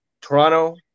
Toronto